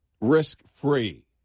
Risk-free